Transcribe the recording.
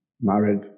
married